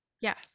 Yes